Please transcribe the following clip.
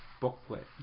booklet